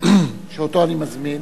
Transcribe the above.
שאותו אני מזמין.